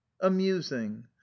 amusing